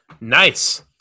Nice